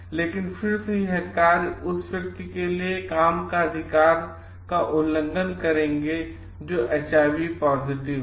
लेकिन फिर से ये कार्य उस व्यक्ति के लिए काम के अधिकार का उल्लंघन करेंगे जो एचआईवी पॉजिटिव है